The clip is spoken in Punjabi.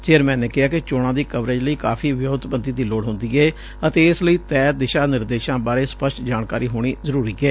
ਚੇਅਰਮੈਨ ਨੇ ਕਿਹਾ ਕਿ ਚੋਣਾ ਦੀ ਕਵਰੇਜ ਲਈ ਕਾਫ਼ੀ ਵਿਊ'ਤਬੰਦੀ ਦੀ ਲੋੜ ਹੂੰਦੀ ਏ ਅਤੇ ਇਸ ਲਈ ਤੈਅ ਦਿਸ਼ਾ ਨਿਰਦੇਸ਼ਾ ਬਾਰੇ ਸਪਸ਼ਟ ਜਾਣਕਾਰੀ ਹੋਣੀ ਜ਼ਰੁਰੀ ਏ